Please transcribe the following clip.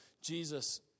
Jesus